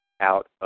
out